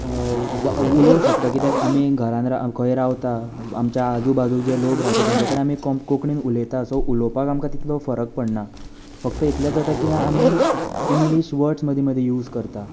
उलोवंक शकता कित्याक आमी घरांत खंय रावता आमच्या आजू बाजू जे लोक रावता तांचे कडेन आमी कोंकणींत उलयता सो उलोवपाक आमकां तितलो फरक पडना फक्त इतलेंच जाता की आमी इंग्लीश वर्ड्स मदीं मदीं यूज करता